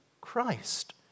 Christ